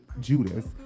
Judas